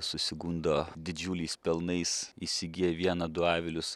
susigundo didžiuliais pelnais įsigiję vieną du avilius